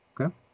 Okay